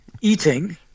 eating